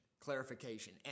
clarification